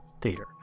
Theater